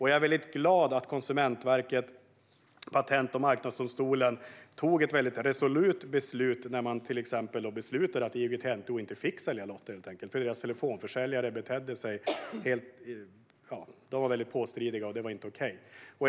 Jag är väldigt glad att Konsumentverket och Patent och marknadsdomstolen väldigt resolut beslutade till exempel att IOGT-NTO helt enkelt inte fick sälja lotter, eftersom deras telefonförsäljare var väldigt påstridiga och det inte var okej.